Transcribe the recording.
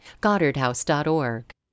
GoddardHouse.org